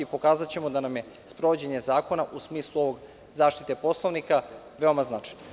Pokazaćemo da nam je sprovođenje zakona, u smislu ovog, zaštite Poslovnika, veoma značajno.